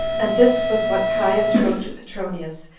and this was what caius wrote to petronius,